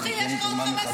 טוב.